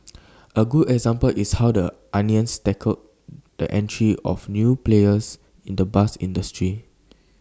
A good example is how the onions tackled the entry of new players in the bus industry